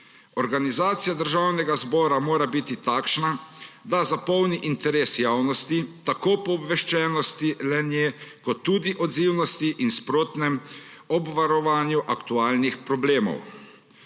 Organizacija Državnega zbora mora biti takšna, da zapolni interes javnosti do obveščenosti, odzivnosti in sprotnem obvladovanju aktualnih problemov.